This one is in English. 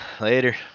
Later